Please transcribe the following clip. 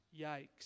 Yikes